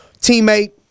teammate